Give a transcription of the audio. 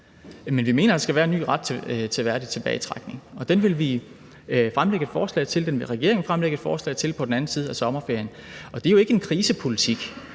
Men vi mener, at der skal være en ny ret til en værdig tilbagetrækning, og den vil regeringen fremlægge et forslag til på den anden side af sommerferien. Og det er jo ikke en krisepolitik.